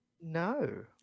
no